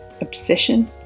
obsession